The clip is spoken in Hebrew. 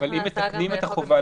אם מתקנים את החובה,